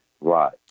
Right